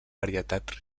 varietat